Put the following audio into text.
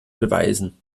beweisen